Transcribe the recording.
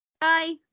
Bye